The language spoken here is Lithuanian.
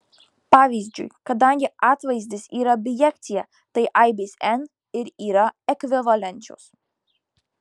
pavyzdžiui kadangi atvaizdis yra bijekcija tai aibės n ir yra ekvivalenčios